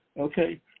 okay